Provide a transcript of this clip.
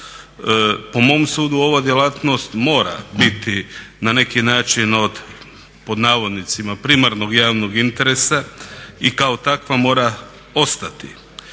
Po mom sudu ova djelatnost mora biti na neki način od pod navodnicima "primarnog javnog interesa" i kao takva mora ostati.